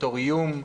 בתור איום,